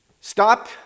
stop